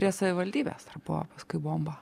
prie savivaldybės dar buvo paskui bomba